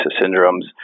syndromes